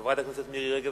חברת הכנסת מירי רגב,